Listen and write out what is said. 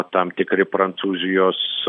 tam tikri prancūzijos